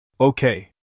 Okay